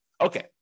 Okay